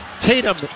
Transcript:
Tatum